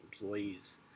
employees